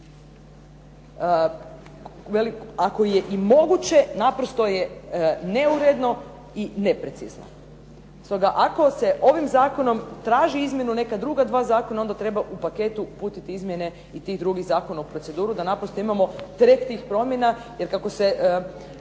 ako je i moguće naprosto je neuredno i neprecizno, stoga ako se ovim zakonom traži izmjenu neka druga 2 zakona onda treba u paketu uputiti izmjene i tih drugih zakona u proceduru da naprosto imamo trend tih promjena jer kako sam